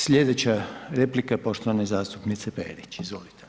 Slijedeća replika je poštovane zastupnice Perić, izvolite.